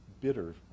bitter